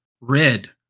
Red